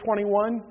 21